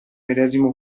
medesimo